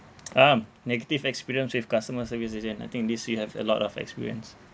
um negative experience with customer service suzanne I think this you have a lot of experience